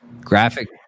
graphic